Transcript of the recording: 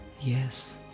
yes